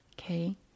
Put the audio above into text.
Okay